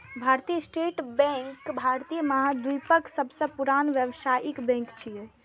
भारतीय State Bank भारतीय महाद्वीपक सबसं पुरान व्यावसायिक बैंक छियै